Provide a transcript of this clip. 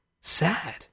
sad